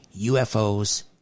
UFOs